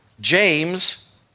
James